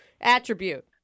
attribute